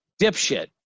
dipshit